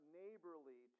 neighborly